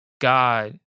God